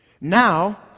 Now